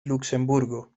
luxemburgo